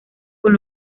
con